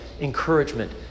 encouragement